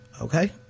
Okay